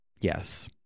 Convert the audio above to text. Yes